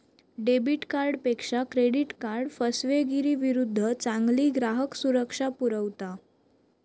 debit कार्डपेक्षा credit card फसवेगिरीविरुद्ध चांगली ग्राहक सुरक्षा पुरवता